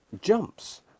jumps